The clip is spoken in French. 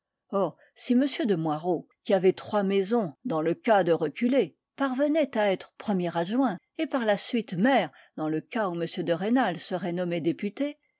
or si m de moirod qui avait trois maisons dans le cas de reculer parvenait à être premier adjoint et par la suite maire dans le cas où m de rênal serait nommé député